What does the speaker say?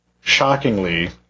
shockingly